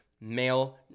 male